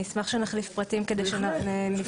אני אשמח שנחליף פרטים כדי שנבחן.